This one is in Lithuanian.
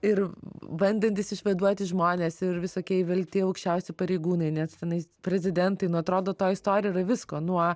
ir bandantys išvaduoti žmonės ir visokie įvelti aukščiausi pareigūnai net tenais prezidentai nu atrodo toj istorijoj yra visko nuo